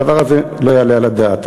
הדבר הזה לא יעלה על הדעת.